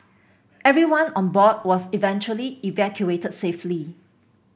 everyone on board was eventually evacuated safely